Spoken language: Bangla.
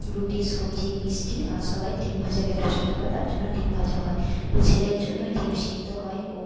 রুটি সবজি মিষ্টি আর সবাই ডিম ভাজা খেতে পছন্দ করে তার জন্য ডিম ভাজা হয় ছেলের জন্যই ডিম সেদ্ধ হয় ও